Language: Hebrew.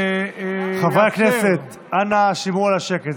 חברי הכנסת, אנא, שמרו על השקט.